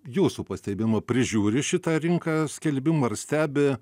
jūsų pastebėjimui prižiūri šitą rinką skelbimų ar stebi